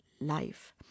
life